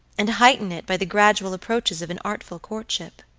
and heighten it by the gradual approaches of an artful courtship.